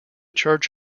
church